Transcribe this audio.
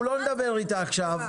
אנחנו לא דבר איתה עכשיו.